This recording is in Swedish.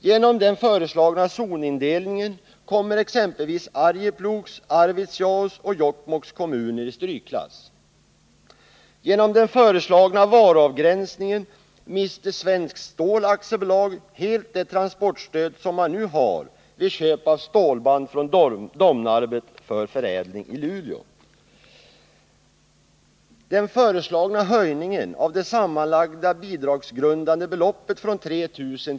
Genom den föreslagna zonindelningen kommer exempelvis Arjeplogs, Arvidsjaurs och Jokkmokks kommuner i strykklass. Den föreslagna höjningen av det sammanlagda bidragsgrundande beloppet från 3 000 kr.